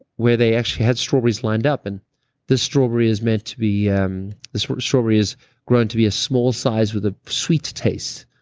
where they actually had strawberries lined up. and this strawberry is meant to be, um this strawberry is meant and to be a small size with a sweet taste,